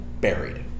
buried